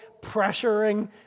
pressuring